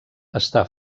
està